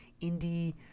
Indie